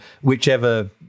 whichever